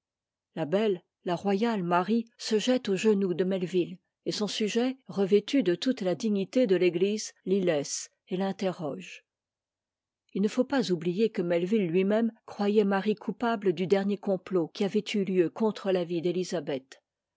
la belle la royale marie se jette aux genoux de melvil et son sujet revêtu de toute la dignité de l'église l'y laisse et l'interroge il ne faut pas oublier que meivii lui-même croyait marie coupable du dernier complot qui avait eu lieu contre la vie d'élisabeth